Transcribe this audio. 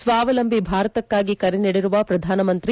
ಸ್ವಾವಲಂಬಿ ಭಾರತಕ್ಕಾಗಿ ಕರೆ ನೀಡಿರುವ ಪ್ರಧಾನಮಂತ್ರಿ